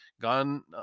gone